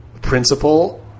principle